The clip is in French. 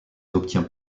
obtient